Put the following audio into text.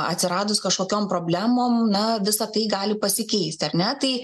atsiradus kažkokiom problemom na visa tai gali pasikeisti ar ne tai